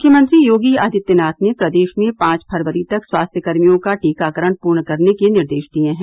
मुख्यमंत्री योगी आदित्यनाथ ने प्रदेश में पांच फरवरी तक स्वास्थ्यकर्मियों का टीकाकरण पूर्ण करने के निर्देश दिए हैं